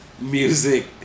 music